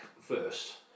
first